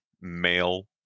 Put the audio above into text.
male